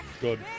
Good